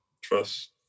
trust